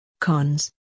Cons